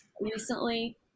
recently